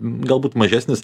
galbūt mažesnis